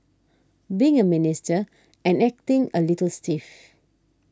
being a Minister and acting a little stiff